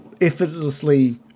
effortlessly